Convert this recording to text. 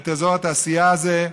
את אזור התעשייה הזה.